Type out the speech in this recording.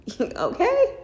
Okay